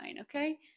Okay